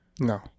No